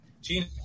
Gene